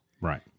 Right